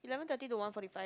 eleven thirty to one forty five